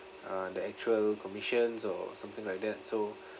uh the actual commissions or something like that so